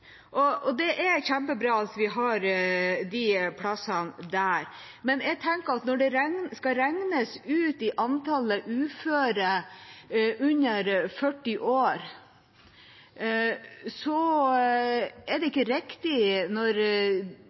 ble avviklet. Det er kjempebra at vi har de plassene, men jeg tenker at når det skal regnes ut i antall uføre under 40 år, er det ikke riktig